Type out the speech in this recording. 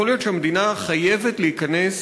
יכול להיות שהמדינה חייבת להיכנס